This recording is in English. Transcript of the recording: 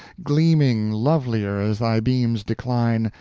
gleaming lovelier as thy beams decline,